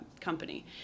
company